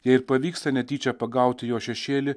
jei ir pavyksta netyčia pagauti jo šešėlį